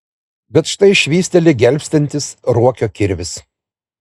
bet štai švysteli gelbstintis ruokio kirvis